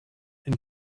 and